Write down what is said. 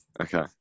okay